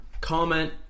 Comment